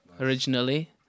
originally